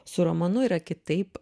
su romanu yra kitaip